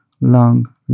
long